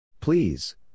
Please